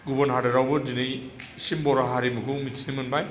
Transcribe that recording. गुबुन हादोरावबो दिनै इसे बर' हारिमुखौ मिनथिनो मोनबाय